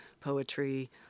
poetry